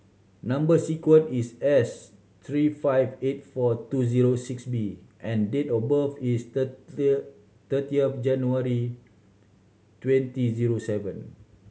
number sequence is S three five eight four two zero six B and date of birth is thirty thirty of January twenty zero seven